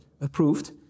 approved